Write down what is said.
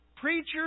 Preachers